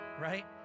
right